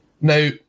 Now